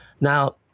Now